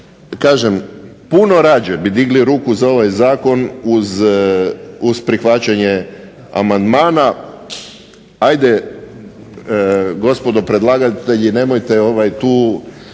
kažem puno rađe bi digli ruku za ovaj zakon uz prihvaćanje amandmana. Ajde gospodo predlagatelji nemojte ovaj tu